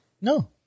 No